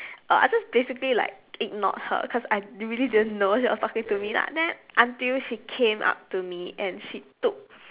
uh so it's basically like ignored her cause I really didn't know she was talking to me lah then until she came up to me and she took